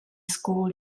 school